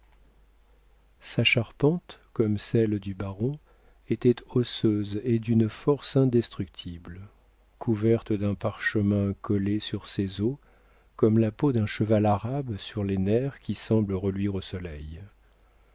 sa charpente comme celle du baron était osseuse et d'une force indestructible couverte d'un parchemin collé sur ses os comme la peau d'un cheval arabe sur les nerfs qui semblent reluire au soleil